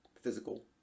physical